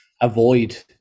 avoid